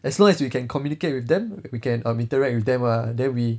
as long as we can communicate with them we can interact with them ah then we